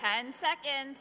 ten second